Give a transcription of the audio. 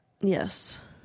Yes